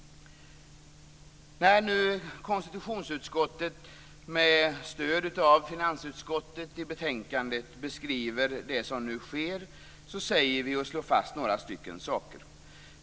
När nu konstitutionsutskottet, med stöd av finansutskottet, i betänkandet beskriver det som nu sker slår man fast vissa saker.